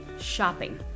shopping